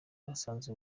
basanze